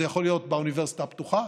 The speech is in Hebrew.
זה יכול להיות באוניברסיטה הפתוחה,